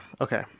Okay